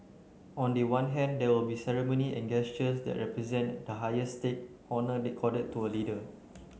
on the one hand there will be ceremony and gestures that represent the highest state honour accorded to a leader